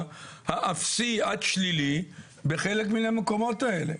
האפסי עד שלילי בחלק מן המקומות האלה.